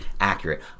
accurate